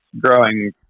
growing